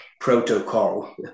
protocol